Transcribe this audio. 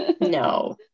No